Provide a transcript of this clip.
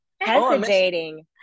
Hesitating